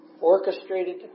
orchestrated